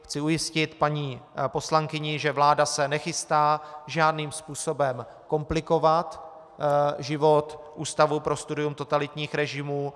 Chci ujistit paní poslankyni, že vláda se nechystá žádným způsobem komplikovat život Ústavu pro studium totalitních režimů.